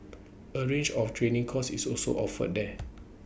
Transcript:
A range of training courses is also offered there